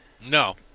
No